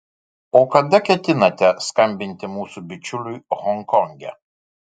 o kada ketinate skambinti mūsų bičiuliui honkonge